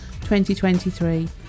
2023